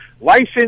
License